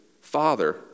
Father